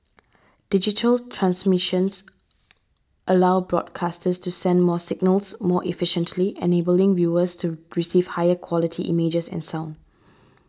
digital transmissions allow broadcasters to send more signals more efficiently enabling viewers to receive higher quality images and sound